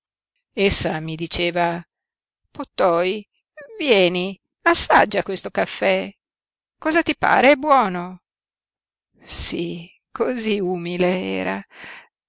mi diceva pottoi vieni assaggia questo caffè cosa ti pare è buono sí cosí umile era